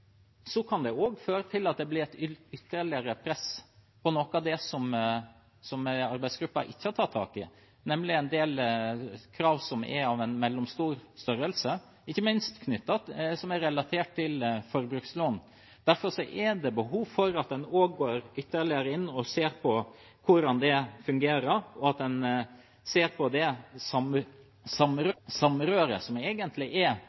kan det også føre til at det blir et ytterligere press på noe av det som arbeidsgruppen ikke har tatt tak i, nemlig en del krav som er av en mellomstor størrelse, ikke minst relatert til forbrukslån. Derfor er det behov for at en også går ytterligere inn og ser på hvordan det fungerer, ser på det samrøret som egentlig er